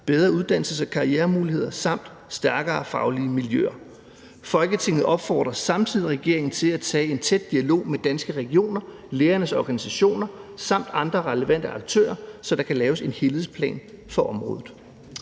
bedre uddannelses- og karrieremuligheder samt stærkere faglige miljøer. Folketinget opfordrer samtidig regeringen til at tage en tæt dialog med Danske Regioner, lægernes organisationer samt andre relevante aktører, så der kan laves en helhedsplan for området.«